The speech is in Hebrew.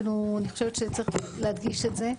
אני חושבת שצריך להדגיש את זה.